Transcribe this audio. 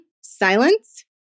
Silence